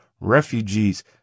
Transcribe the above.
refugees